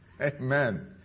Amen